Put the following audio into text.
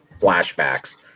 flashbacks